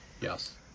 Yes